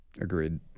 Agreed